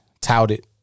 Touted